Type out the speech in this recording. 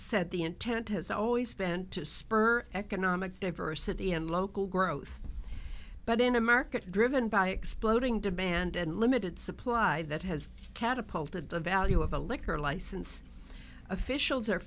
said the intent has always been to spur economic diversity and local growth but in a market driven by exploding to bandon limited supply that has catapulted the value of a liquor license officials are